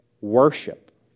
worship